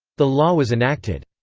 the law was enacted.